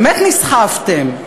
באמת נסחפתם.